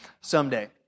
someday